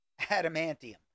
Adamantium